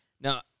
Now